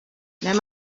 there